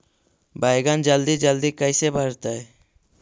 बैगन जल्दी जल्दी कैसे बढ़तै?